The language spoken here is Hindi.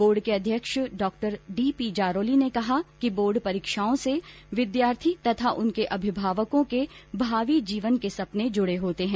बोर्ड के अध्यक्ष डॉ डी पी जारोली ने कहा कि बोर्ड परीक्षाओं से विद्यार्थी तथा उनके अभिभावकों के भावी जीवन के सपने जुड़े होते हैं